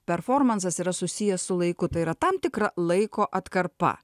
performansas yra susijęs su laiku tai yra tam tikra laiko atkarpa